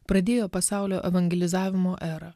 pradėjo pasaulio evangelizavimo erą